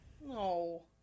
No